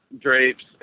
Drapes